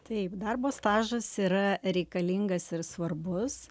taip darbo stažas yra reikalingas ir svarbus